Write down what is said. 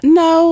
no